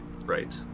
right